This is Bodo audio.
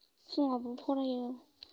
फुङावबो फरायो